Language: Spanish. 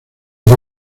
por